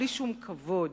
בלי שום כבוד,